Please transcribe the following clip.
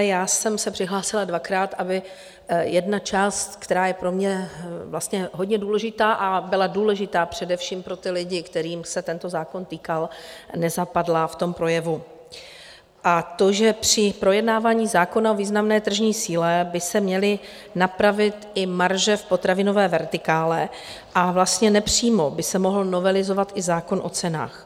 Já jsem se přihlásila dvakrát, aby jedna část, která je pro mě hodně důležitá a byla důležitá především pro lidi, kterých se tento zákon týkal, nezapadla v tom projevu, a to, že při projednávání zákona o významné tržní síle by se měly napravit i marže v potravinové vertikále a vlastně nepřímo by se mohl novelizovat i zákon o cenách.